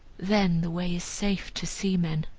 then the way is safe to seamen.